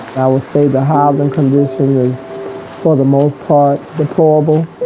i will say the housing condition is for the most part deplorable,